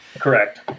Correct